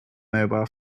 mobile